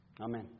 Amen